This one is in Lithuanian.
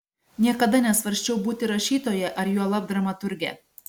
niekada nesvarsčiau būti rašytoja ar juolab dramaturge